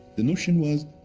the notion was,